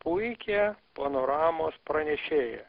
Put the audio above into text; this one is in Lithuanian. puikią panoramos pranešėją